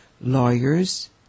lawyers